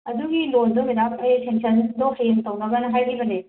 ꯑꯗꯨꯒꯤ ꯂꯣꯟꯗꯣ ꯃꯦꯗꯥꯝ ꯑꯩ ꯁꯦꯡꯁꯟꯗꯣ ꯍꯌꯦꯡ ꯇꯧꯅꯕꯅ ꯍꯥꯏꯈꯤꯕꯅꯦ